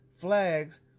flags